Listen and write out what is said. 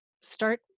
start